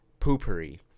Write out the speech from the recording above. Poopery